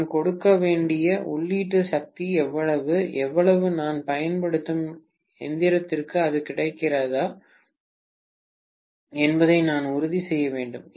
நான் கொடுக்க வேண்டிய உள்ளீட்டு சக்தி எவ்வளவு எவ்வளவு நான் பயன்படுத்தும் எந்திரத்திற்கு அது கிடைக்கிறதா என்பதை நான் உறுதி செய்ய வேண்டும்